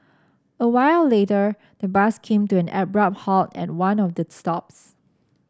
a while later the bus came to an abrupt halt at one of the stops